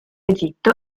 egitto